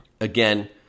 again